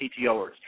PTOers